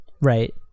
Right